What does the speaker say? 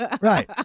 Right